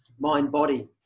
mind-body